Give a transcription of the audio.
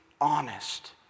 honest